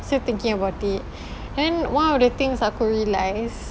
still thinking about it and then one of the things aku realise